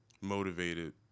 motivated